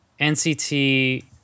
NCT